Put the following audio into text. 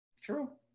True